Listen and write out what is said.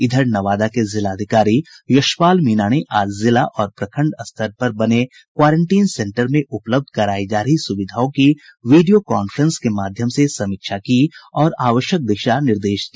इधर नवादा के जिलाधिकारी यशपाल मीणा ने आज जिला और प्रखंड स्तर पर बने क्वारेंटीन सेन्टर में उपलब्ध करायी जा रही सुविधाओं की वीडियो कांफ्रेंसिंग के माध्यम से समीक्षा की और आवश्यक दिशा निर्देश दिया